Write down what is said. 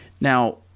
Now